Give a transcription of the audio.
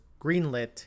greenlit